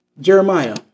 Jeremiah